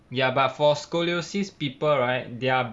ya but for scoliosis people right their